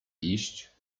iść